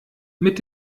mit